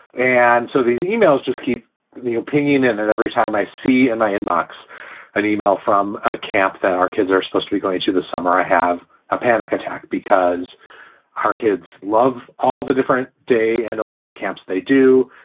and so these e-mails just keep the opinion in and every time i see in my inbox an e-mail from a camp that our kids are supposed to be going to the summer, i have a panic attack because our kids love all the different day and overnight camps. they do.